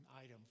item